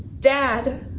dad!